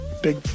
big